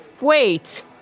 Wait